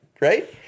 right